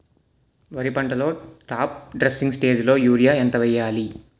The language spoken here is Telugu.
వరి పంటలో టాప్ డ్రెస్సింగ్ స్టేజిలో యూరియా ఎంత వెయ్యాలి?